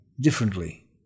differently